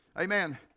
Amen